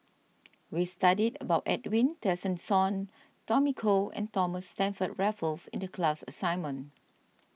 we studied about Edwin Tessensohn Tommy Koh and Thomas Stamford Raffles in the class assignment